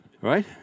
right